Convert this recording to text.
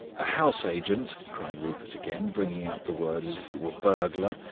a house-agent, cried rupert again, bringing out the word as if it were burglar'.